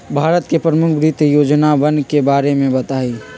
भारत के प्रमुख वित्त योजनावन के बारे में बताहीं